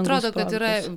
atrodo kad yra